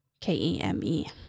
K-E-M-E